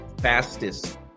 fastest